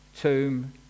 tomb